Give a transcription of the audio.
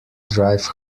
drive